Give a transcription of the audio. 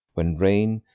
when rain,